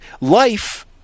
Life